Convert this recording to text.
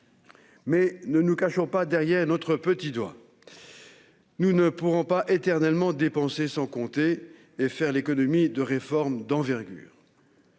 Mais ne nous cachons pas derrière notre petit doigt ! Nous ne pourrons pas éternellement dépenser sans compter et faire l'économie de réformes d'envergure.